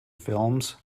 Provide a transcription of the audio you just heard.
films